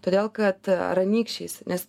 todėl kad ar anykščiais nes